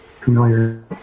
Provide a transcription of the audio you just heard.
familiar